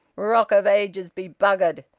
rock of ages be buggered!